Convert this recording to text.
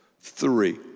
three